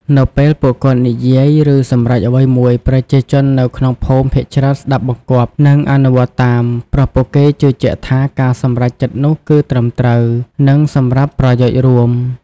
នៅពេលពួកគាត់និយាយ ឬសម្រេចអ្វីមួយ ប្រជាជននៅក្នុងភូមិភាគច្រើនស្ដាប់បង្គាប់ និងអនុវត្តតាម ព្រោះពួកគេជឿជាក់ថាការសម្រេចចិត្តនោះគឺត្រឹមត្រូវ និងសម្រាប់ប្រយោជន៍រួម។